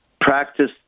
practice